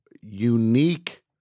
unique